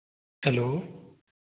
hello